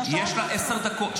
יש לך עשר דקות.